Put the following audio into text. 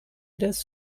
das